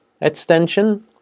extension